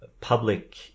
public